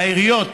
והעיריות